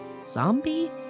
zombie